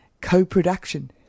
co-production